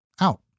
out